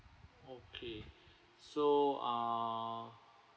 okay so ah